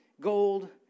gold